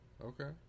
Okay